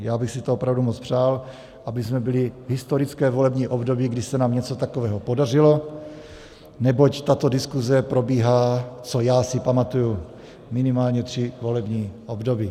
Já bych si to opravdu moc přál, abychom byli historické volební období, kdy se nám něco takového podařilo, neboť tato diskuse probíhá, co já si pamatuju, minimálně tři volební období.